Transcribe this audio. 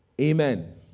Amen